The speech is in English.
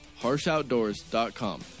HarshOutdoors.com